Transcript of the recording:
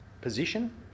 position